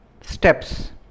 steps